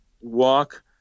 walk